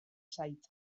zait